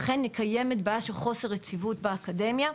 אכן קיימת בעיה של חוסר יציבות באקדמיה,